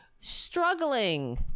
struggling